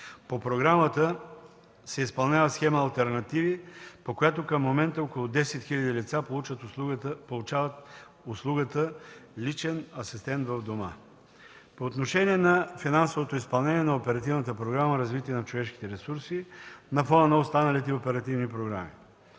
По програмата се изпълнява схема „Алтернативи”, по която към момента около 10 хил. лица получават услугата „Личен асистент в дома”. По отношение финансовото изпълнение на Оперативна програма „Развитие на човешките ресурси” на фона на останалите оперативни програми.